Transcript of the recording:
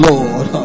Lord